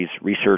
research